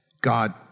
God